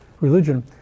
religion